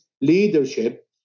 leadership